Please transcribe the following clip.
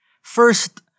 First